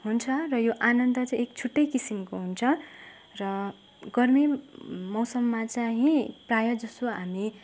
हुन्छ र यो आनन्द चाहिँ एक छुट्टै किसिमको हुन्छ र गर्मी मौसममा चाहिँ प्रायः जस्तो हामी